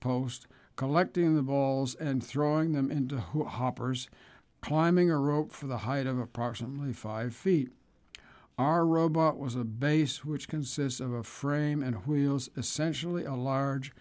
post collecting the balls and throwing them into who hoppers climbing a rope for the height of approximately five feet our robot was a base which consists of a frame and wheels essentially a large